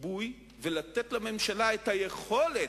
גיבוי ולתת לה את היכולת,